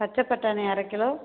பச்சைப்பட்டாணி அரை கிலோ